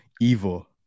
evil